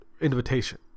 invitation